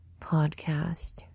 podcast